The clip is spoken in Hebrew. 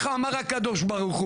איך אמר הקדוש ברוך הוא?